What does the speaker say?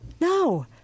no